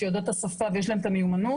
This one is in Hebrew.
שיודעות את השפה ויש להן את המיומנות,